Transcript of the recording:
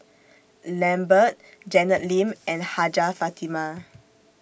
Lambert Janet Lim and Hajjah Fatimah